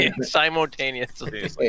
simultaneously